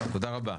תודה רבה.